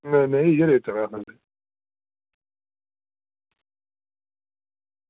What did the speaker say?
नेईं नेईं इयै रेट ऐ